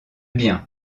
bien